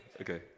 Okay